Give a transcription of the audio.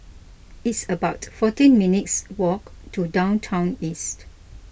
it's about fourteen minutes' walk to Downtown East